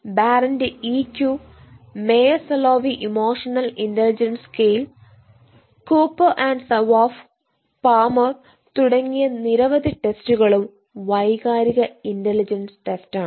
ബാരന്റെ EQ bar on's EQ Mayer Salovey emotional intelligence scale EQ mapping Cooper and Sawaf Palmer തുടങ്ങിയ നിരവധി ടെസ്റ്റുകളും വൈകാരിക intelligence ടെസ്റ്റാണ്